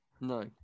No